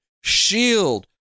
shield